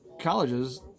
colleges